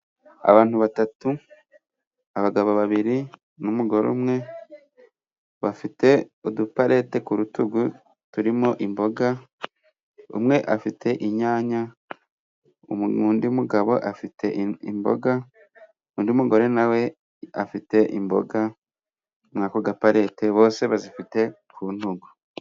Abantu batatu abagabo babiri n'umugore umwe bafite uduparete ku rutugu turimo imboga. Umwe afite inyanya, undi mugabo afite imboga, undi mugore nawe afite imboga, muri ako gaparite bose bazifite ku ntugu.